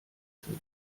sind